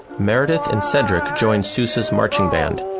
meredith and cedrick joined sousa's marching band.